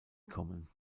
kommen